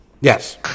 Yes